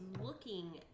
looking